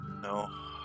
no